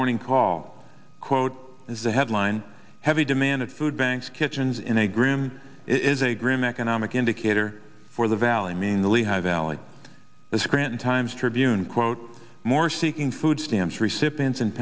morning call quote is the headline heavy demand of food banks kitchens in a grim is a grim economic indicator for the valley mean the lehigh valley the scranton times tribune quote more seeking food stamps recipients in